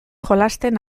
jolasten